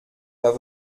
pas